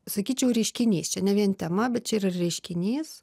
sakyčiau reiškinys čia ne vien tema bet čia yra reiškinys